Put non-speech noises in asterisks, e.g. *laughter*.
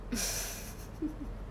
*laughs*